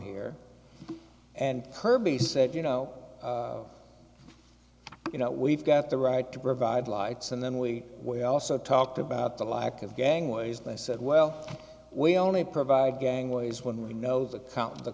here and kirby said you know you know we've got the right to provide lights and then we also talked about the lack of gangways they said well we only provide gangways when we know the